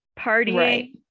partying